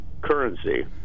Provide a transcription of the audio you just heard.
currency